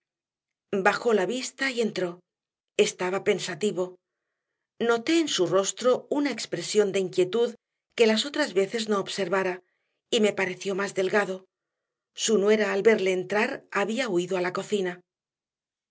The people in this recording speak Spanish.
bajó la vista y entró estaba pensativo noté en su rostro una expresión de inquietud que las otras veces no observara y me pareció más delgado su nuera al verle entrar había huido a la cocina